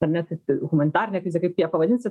ar ne taip humanitarinę krizę kaip tu ją pavadinsi